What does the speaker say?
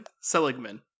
Seligman